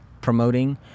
promoting